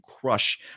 crush